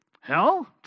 Hell